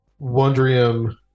Wondrium